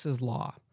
Law